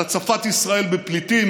על הצפת ישראל בפליטים,